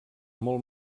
molt